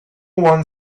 one